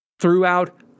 throughout